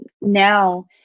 now